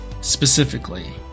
specifically